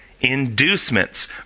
inducements